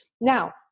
Now